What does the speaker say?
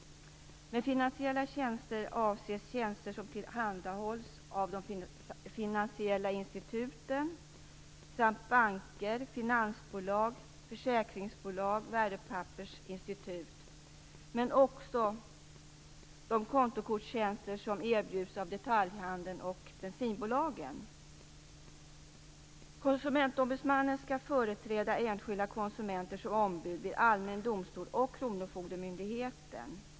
Med finansiella tjänster avses tjänster som tillhandahålls av de finansiella instituten samt banker, finansbolag, försäkringsbolag och värdepappersinstitut, men också de kontokortstjänster som erbjuds av detaljhandeln och bensinbolagen. Konsumentombudsmannen skall företräda enskilda konsumenter som ombud vid allmän domstol och kronofogdemyndighet.